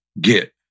get